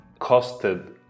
costed